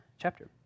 chapter